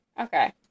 Okay